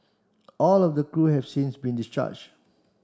all of the crew have since been discharge